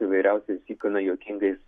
įvairiausiais ir gana juokingais